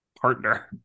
partner